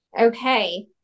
Okay